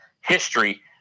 history